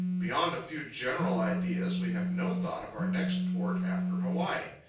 beyond a few general ideas, we have no thought of our next port after hawaii.